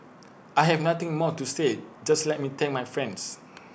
I have nothing more to say just let me thank my friends